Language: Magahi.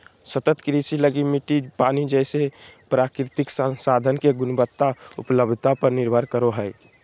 सतत कृषि लगी मिट्टी, पानी जैसे प्राकृतिक संसाधन के गुणवत्ता, उपलब्धता पर निर्भर करो हइ